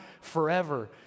forever